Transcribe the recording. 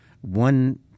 One